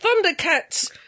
Thundercats